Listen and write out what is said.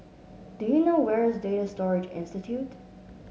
do you know where is Data Storage Institute